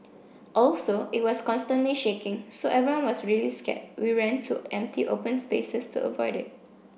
also it was constantly shaking so everyone was really scared we ran to empty open spaces to avoid it